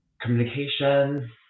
communication